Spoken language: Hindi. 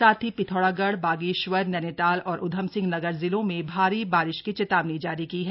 साथ ही पिथौरागढ़ बागेश्वर नैनीताल और उधमिसंह नगर जिलों में भारी बारिश की चेतावनी जारी की है